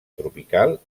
tropical